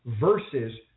versus